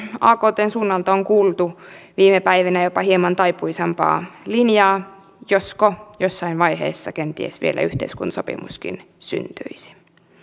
aktn suunnalta on kuultu viime päivinä jopa hieman taipuisampaa linjaa josko jossain vaiheessa kenties vielä yhteiskuntasopimuskin syntyisi